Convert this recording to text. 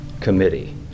committee